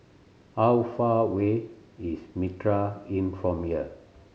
how far away is Mitraa Inn from here